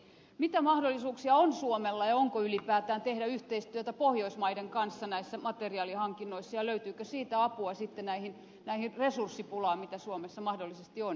mitä mahdollisuuksia on suomella ja onko ylipäätään mahdollisuuksia tehdä yhteistyötä pohjoismaiden kanssa näissä materiaalihankinnoissa ja löytyykö siitä apua sitten siihen resurssipulaan mikä suomessa mahdollisesti on